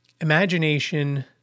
Imagination